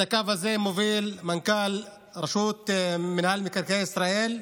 את הקו הזה מוביל מנכ"ל רשות מנהל מקרקעי ישראל,